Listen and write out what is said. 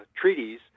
treaties